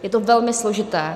Je to velmi složité.